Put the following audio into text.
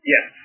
Yes